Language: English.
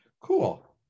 cool